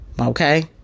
Okay